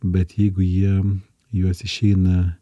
bet jeigu jie juos išeina